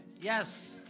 yes